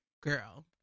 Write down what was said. girl